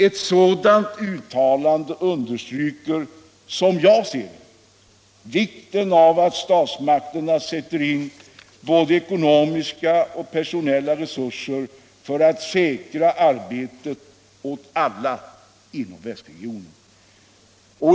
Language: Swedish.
Ett sådant uttalande understryker, som jag ser det, vikten av att statsmakterna sätter in både ekonomiska och personella resurser för att säkra arbete åt alla inom västregionen.